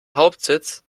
hauptsitz